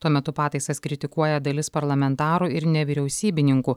tuo metu pataisas kritikuoja dalis parlamentarų ir nevyriausybininkų